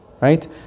right